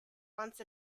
once